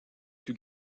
plus